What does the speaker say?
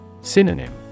Synonym